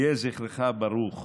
יהיה זכרך ברוך,